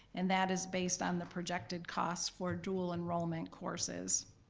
and that is based on the projected cost for dual enrollment courses.